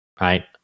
right